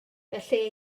felly